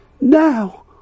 Now